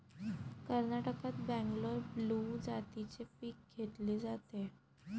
कर्नाटकात बंगलोर ब्लू जातीचे पीक घेतले जाते